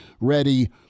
ready